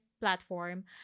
platform